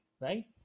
right